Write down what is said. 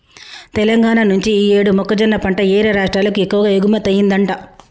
తెలంగాణా నుంచి యీ యేడు మొక్కజొన్న పంట యేరే రాష్టాలకు ఎక్కువగా ఎగుమతయ్యిందంట